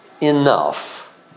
enough